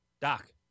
Doc